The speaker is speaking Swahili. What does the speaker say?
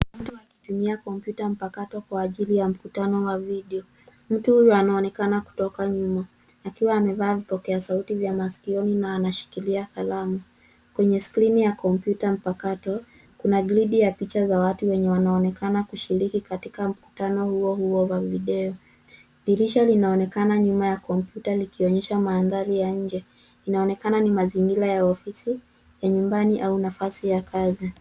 Mtu akitumia kompyuta mpakato kwa ajili ya mkutano wa video . Mtu huyu anaonekana kutoka nyuma, akiwa amevaa vipokea sauti vya masikioni na anashikilia kalamu. Kwenye skrini ya kompyuta mpakato kuna gridi ya picha ya watu wanaoonekana kushiriki katika mkutano huo huo wa video . Dirisha linaonekana nyuma ya ukuta likionyesha mandhari ya nje. Inaonekana ni mazingira ya ofisi, ya nyumbani au nafasi ya kazi.